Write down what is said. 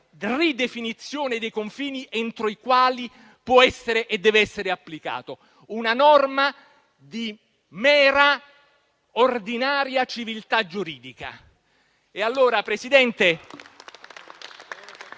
ridefinizione dei confini entro i quali può essere e deve essere applicato. Una norma di mera, ordinaria civiltà giuridica.